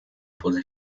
pose